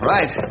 Right